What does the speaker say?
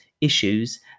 issues